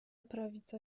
prawica